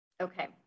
Okay